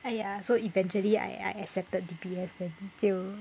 !aiya! so eventually I I accepted D_B_S then 就